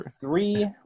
three